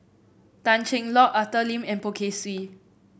Tan Cheng Lock Arthur Lim and Poh Kay Swee